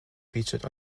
featured